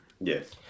Yes